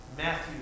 Matthew